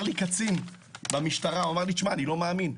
קצין במשטרה אמר לי: אני לא מאמין,